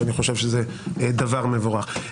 שאני חושב שזה דבר מבורך.